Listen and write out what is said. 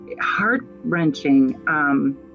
heart-wrenching